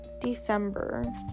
December